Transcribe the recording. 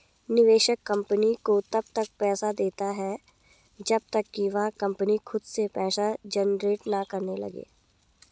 निवेशक कंपनी को तब तक पैसा देता है जब तक कि वह कंपनी खुद से पैसा जनरेट ना करने लगे